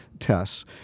tests